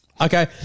Okay